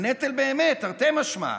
הטלת הנטל, הנטל באמת, תרתי משמע,